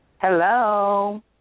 Hello